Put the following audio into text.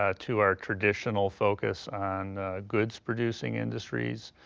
ah to our traditional focus on goods producing industries.